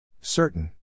Certain